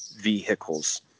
vehicles